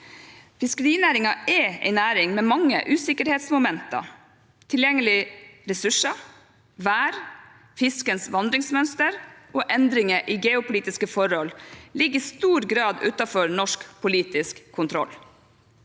Fiskerinæringen er en næring med mange usikkerhetsmomenter. Tilgjengelige ressurser, vær, fiskens vandringsmønster og endringer i geopolitiske forhold ligger i stor grad utenfor norsk politisk kontroll.